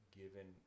given